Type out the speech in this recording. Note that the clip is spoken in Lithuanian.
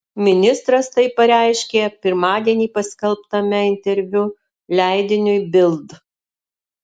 ministras tai pareiškė pirmadienį paskelbtame interviu leidiniui bild